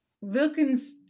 Wilkins